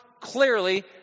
clearly